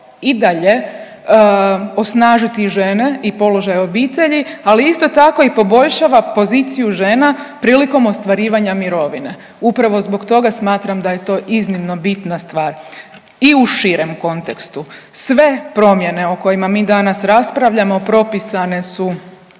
i dalje osnažiti žene i položaj obitelji, ali isto tako i poboljšava poziciju žena prilikom ostvarivanja mirovine. Upravo zbog toga smatram da je to iznimno bitna stvar. I u širem kontekstu, sve promjene o kojima mi danas raspravljamo, propisane su